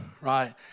right